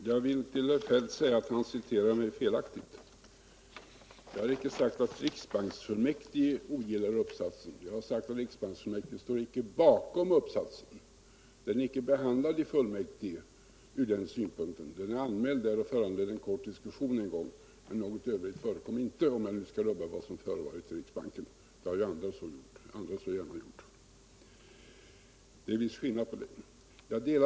Herr talman! Jag vill till herr Feldt säga att han citerar mig felaktigt. Jag har inte sagt att riksbanksfullmäktige ogillar uppsatsen. Jag har sagt att riksbanksfullmäktige inte står bakom uppsatsen. Den är inte behandlad i fullmäktige ur den synpunkten. Den är anmäld där och föranledde en kort diskussion en gång, men något övrigt förekom inte, om jag nu skall röja vad som förevarit i riksbanken — det som andra så gärna har gjort. Det är alltså en viss skillnad mellan att ogilla och att inte behandla.